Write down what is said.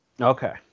Okay